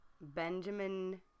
Benjamin